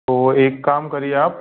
तो एक काम करिए आप